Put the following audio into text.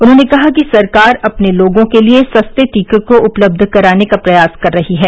उन्होंने कहा कि सरकार अपने लोगों के लिए सस्ते टीके को उपलब्ध कराने का प्रयास कर रही है